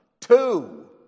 Two